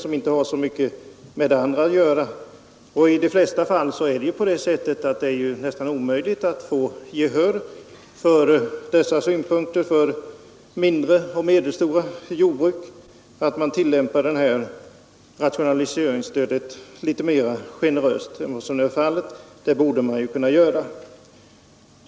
De frågorna har inte så mycket med varandra att göra. I de flesta fall är det nästan omöjligt för mindre och medelstora jordbrukare att få gehör för dessa synpunkter. Bestämmelserna om rationaliseringsstöd borde kunna tillämpas litet mera generöst än vad som nu är fallet.